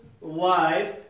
life